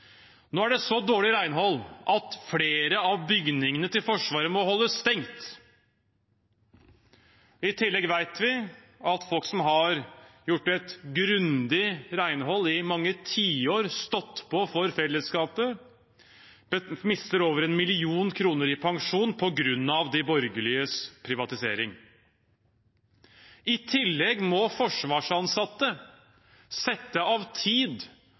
Nå er det så dårlig renhold at flere av bygningene til Forsvaret må holdes stengt. I tillegg vet vi at folk som har gjort et grundig renhold i mange tiår, stått på for fellesskapet, mister over 1 mill. kr i pensjon på grunn av de borgerliges privatisering. I tillegg må forsvarsansatte sette av tid